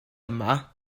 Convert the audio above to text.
yma